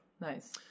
Nice